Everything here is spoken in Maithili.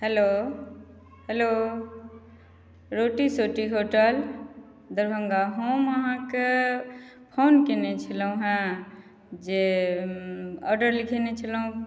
हेलौ हेलौ रोटी सोटी होटल दरभंगा हम अहाँके फोन कयने छलहुँ हेँ जे ऑर्डर लिखेने छलहुँ